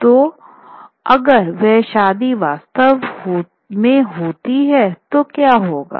और तो अगर वह शादी वास्तव होती है तो क्या होगा